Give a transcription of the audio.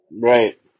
Right